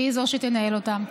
והיא שתנהל אותם,